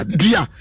dear